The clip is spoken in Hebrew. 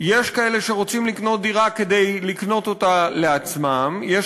יש כאלה שרוצים לקנות דירה לעצמם ויש